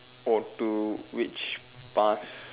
or to which past